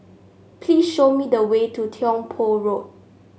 please show me the way to Tiong Poh Road